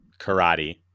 Karate